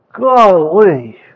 Golly